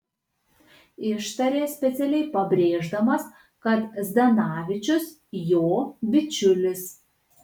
ištarė specialiai pabrėždamas kad zdanavičius jo bičiulis